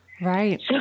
Right